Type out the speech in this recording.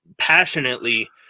passionately